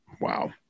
Wow